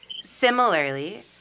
Similarly